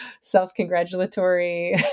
self-congratulatory